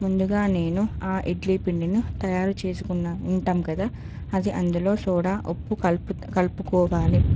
ముందుగా నేను ఆ ఇడ్లీ పిండిని తయారు చేసుకున్న ఉంటాం కదా అది అందులో సోడా ఉప్పు కలుపుకో కలుపుకోవాలి